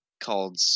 called